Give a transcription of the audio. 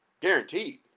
Guaranteed